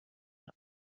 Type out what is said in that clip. رفت